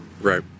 Right